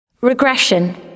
Regression